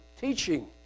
teaching